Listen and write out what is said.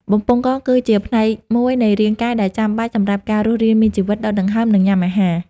បំពង់ក គឺជាផ្នែកមួយនៃរាងកាយដែលចាំបាច់សម្រាប់ការរស់រានមានជីវិត ដកដង្ហើម និងញ៉ាំអាហារ។